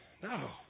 no